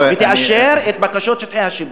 תאשר את בקשות שטחי השיפוט.